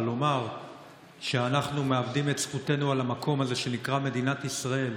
אבל לומר שאנחנו מאבדים את זכותנו על המקום הזה שנקרא מדינת ישראל,